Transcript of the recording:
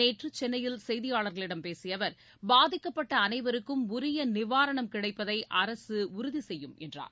நேற்று சென்னையில் செய்தியாளர்களிடம் பேசிய அவர் பாதிக்கப்பட்ட அனைவருக்கும் உரிய நிவாரணம் கிடைப்பதை அரசு உறுதி செய்யும் என்றார்